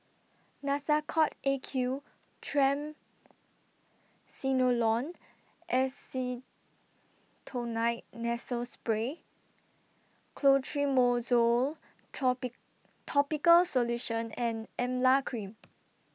Nasacort A Q Triamcinolone Acetonide Nasal Spray Clotrimozole troppy Topical Solution and Emla Cream